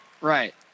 Right